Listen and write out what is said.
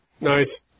Nice